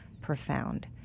profound